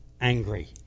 angry